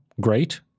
great